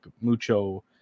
Mucho